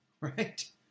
Right